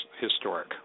historic